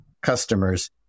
customers